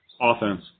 Offense